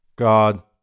God